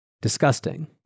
Disgusting